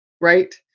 right